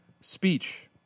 speech